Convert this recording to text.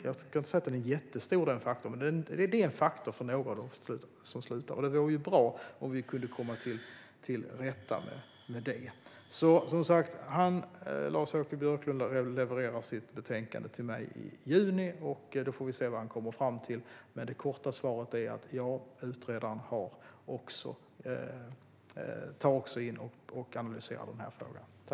Jag ska inte säga att det är en jättestor faktor, men det är en faktor för några. Det vore bra om vi kunde komma till rätta med det här. Jan-Åke Björklund levererar alltså sitt betänkande i juni, och då får vi se vad han har kommit fram till. Men det korta svaret är: Ja, utredaren tar också in och analyserar de här frågorna.